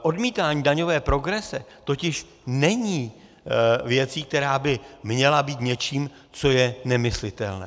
Odmítání daňové progrese totiž není věcí, která by měla být něčím, co je nemyslitelné.